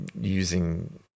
using